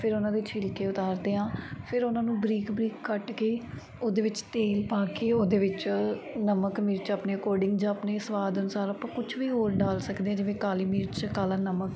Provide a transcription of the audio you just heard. ਫਿਰ ਉਨ੍ਹਾਂ ਦੇ ਛਿਲਕੇ ਉਤਾਰਦੇ ਹਾਂ ਫਿਰ ਉਨ੍ਹਾਂ ਨੂੰ ਬਰੀਕ ਬਰੀਕ ਕੱਟ ਕੇ ਉਹਦੇ ਵਿੱਚ ਤੇਲ ਪਾ ਕੇ ਉਹਦੇ ਵਿੱਚ ਨਮਕ ਮਿਰਚ ਆਪਣੇ ਅਕੋਡਿੰਗ ਜਾਂ ਆਪਣੇ ਸੁਆਦ ਅਨੁਸਾਰ ਆਪਾਂ ਕੁਛ ਵੀ ਹੋਰ ਡਾਲ ਸਕਦੇ ਜਿਵੇਂ ਕਾਲੀ ਮਿਰਚ ਕਾਲਾ ਨਮਕ